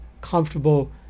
comfortable